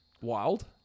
wild